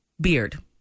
beard